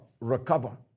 recover